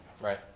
right